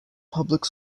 public